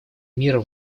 мира